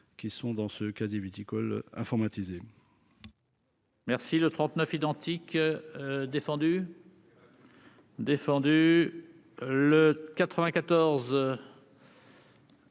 qui figurent dans le casier viticole informatisé